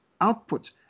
output